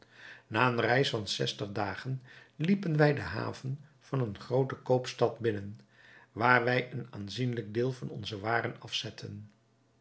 na eene reis van zestig dagen liepen wij de haven van eene groote koopstad binnen waar wij een aanzienlijk deel van onze waren afzetten